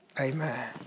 Amen